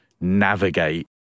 navigate